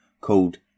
called